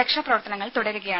രക്ഷാ പ്രവർത്തനങ്ങൾ തുടരുകയാണ്